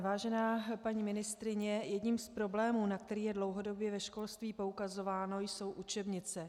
Vážená paní ministryně, jedním z problémů, na který je dlouhodobě ve školství poukazováno, jsou učebnice.